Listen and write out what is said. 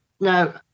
Now